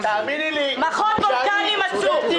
למכון הוולקני מצאו.